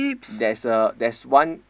there's a there's one